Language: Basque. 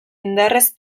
indarrez